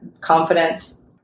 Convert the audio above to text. confidence